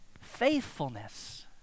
Faithfulness